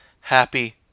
Happy